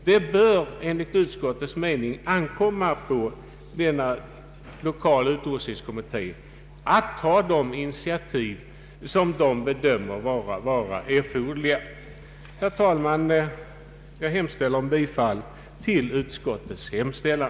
Det bör enligt utskottets mening ankomma på lokaloch utrustningskommittén för Stockholms universitet att ta de initiativ som den bedömer vara erforderliga. Herr talman! Jag yrkar bifall till utskottets hemställan.